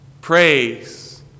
Praise